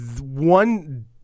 one